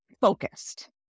focused